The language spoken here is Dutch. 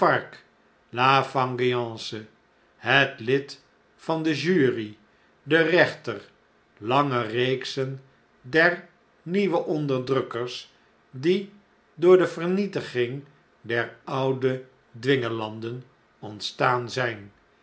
nc e het lid van de jury den rechter lange reeksen der nieuwe onderdrukkers die door de vernietiging der oude dwingelanden ontstaan zjjn